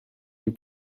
you